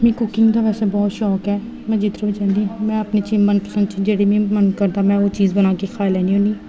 मीं कुकिंग दा बड़ा शौक ऐ में जित्थु बी जन्नी में अपनी मनपसंद जो बी मेरा मन करदा ऐ में बनाइयै खाई लैन्नी होन्नी